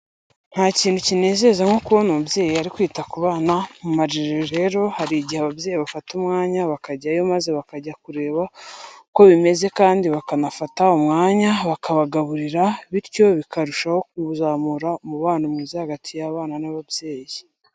Nta kintu kinezeza nko kubona umubyeyi ari kwita ku bana. Mu marerero rero hari igihe ababyeyi bafata umwanya bakajyayo maze bakajya kureba uko bimeze kandi bakanafata umwanya bakabagaburira bityo bikarushaho kuzamura umubano mwiza hagati y'abana n'ababyeyi.